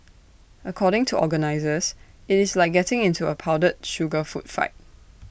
according to organisers IT is like getting into A powdered sugar food fight